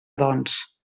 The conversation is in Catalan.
doncs